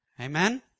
Amen